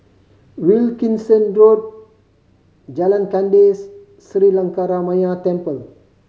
Wilkinson Road Jalan Kandis Sri Lankaramaya Temple